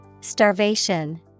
Starvation